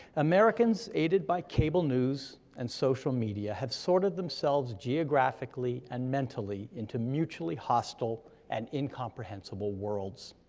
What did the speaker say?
americans, aided by cable news and social media, have sorted themselves geographically and mentally into mutually-hostile and incomprehensible worlds.